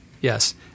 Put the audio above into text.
yes